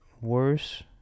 worse